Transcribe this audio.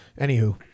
anywho